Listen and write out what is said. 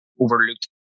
overlooked